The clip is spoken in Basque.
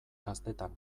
gaztetan